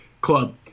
club